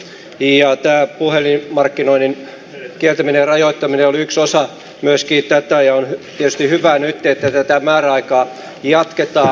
tämä puhelinmarkkinoinnin kieltäminen ja rajoittaminen oli myöskin yksi osa tätä ja on tietysti hyvä nyt että tätä määräaikaa jatketaan